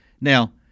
Now